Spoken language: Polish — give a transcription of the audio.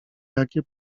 jakie